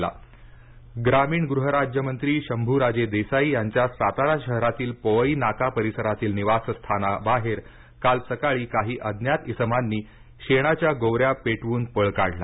सातारा दगडफेकआग ग्रामीण गृहराज्यमंत्री शंभूराजे देसाई यांच्या सातारा शहरातील पोवईनाका परिसरातील निवास स्थानाबाहेर काल सकाळी काही अज्ञात इसमांनी शेणाच्या गोवऱ्या पेटवून पळ काढला